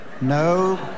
No